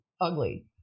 ugly